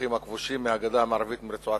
מהשטחים הכבושים, מהגדה המערבית או מרצועת-עזה.